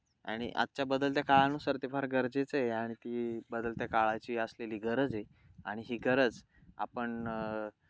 आणि आजच्या बदलत्या काळानुसार ते फार गरजेचं आहे आणि ती बदलत्या काळाची असलेली गरज आहे आणि ही गरज आपण